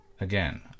Again